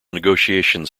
negotiations